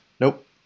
nope